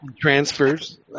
transfers